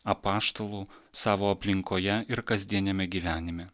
apaštalu savo aplinkoje ir kasdieniame gyvenime